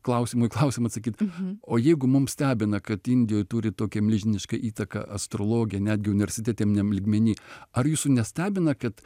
klausimu į klausimą atsakyt o jeigu mum stebina kad indijoj turi tokią milžinišką įtaką astrologija netgi universitetiniam lygmeny ar jūsų nestebina kad